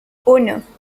uno